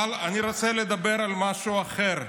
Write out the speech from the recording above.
אבל אני רוצה לדבר על משהו אחר: